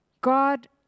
God